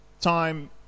time